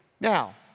Now